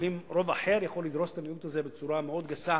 רוב אחר יכול לדרוס את המיעוט הזה בצורה מאוד גסה